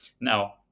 Now